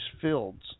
fields